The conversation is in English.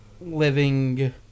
living